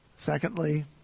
Secondly